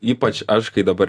ypač aš kai dabar